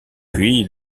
puis